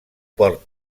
port